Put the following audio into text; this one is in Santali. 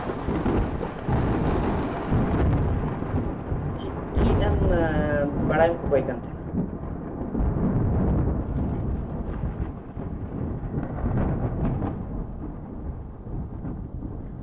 ᱪᱮᱫ ᱪᱮᱫ ᱮᱢ ᱵᱟᱲᱟᱭᱮᱢ ᱠᱷᱚᱠᱚᱭ ᱠᱟᱱ ᱛᱟᱦᱮᱱᱟ